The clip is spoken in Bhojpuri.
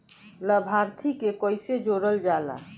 लभार्थी के कइसे जोड़ल जाला?